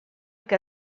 que